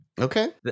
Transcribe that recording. Okay